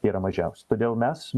yra mažiausi todėl mes